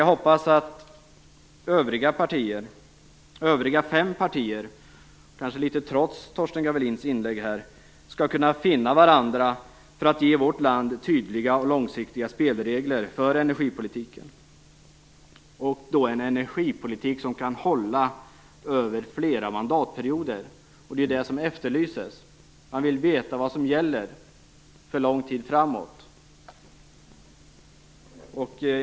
Jag hoppas att övriga fem partier, trots Torsten Gavelins inlägg, skall finna varandra för att ge vårt land tydliga och långsiktiga spelregler för en energipolitik som kan hålla över flera mandatperioder. Det är det som efterlyses. Man vill veta vad som gäller för lång tid framåt.